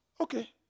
Okay